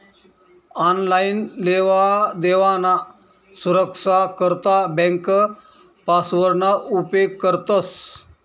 online लेवादेवाना सुरक्सा करता ब्यांक पासवर्डना उपेग करतंस